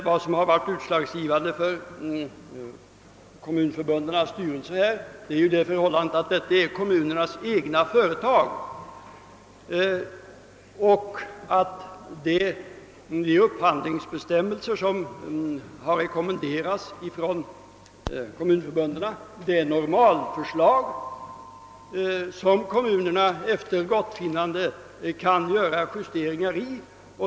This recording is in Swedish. Vad som har varit utslagsgivande för kommunförbundens styrelser är just det förhållandet att dessa bolag är kommunernas egna företag och att de upphandlingsbestämmelser, som kommunförbunden har rekommenderat, är normalförslag, vilka kommunerna efter eget gottfinnande kan göra justeringar i.